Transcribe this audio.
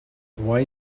why